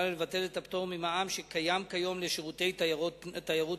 לבטל את הפטור ממע"מ שקיים כיום לשירותי תיירות פנים.